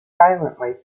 silently